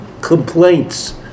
complaints